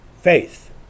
faith